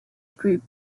group